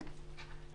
כן.